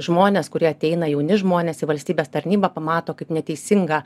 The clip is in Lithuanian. žmonės kurie ateina jauni žmonės į valstybės tarnybą pamato kaip neteisingą